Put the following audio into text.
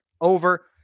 over